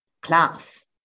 class